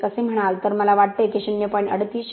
1 असे म्हणाल तर मला वाटते की ते 0